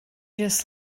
just